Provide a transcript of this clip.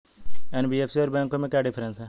NBFC और बैंकों में क्या डिफरेंस है?